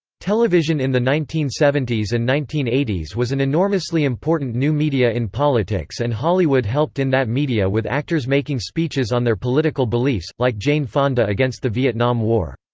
television in the nineteen seventy s and nineteen eighty s was an enormously important new media in politics and hollywood helped in that media with actors making speeches on their political beliefs, like jane fonda against the vietnam war.